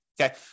okay